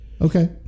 Okay